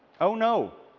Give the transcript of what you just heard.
oh, no,